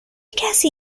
کسی